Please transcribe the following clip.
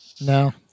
No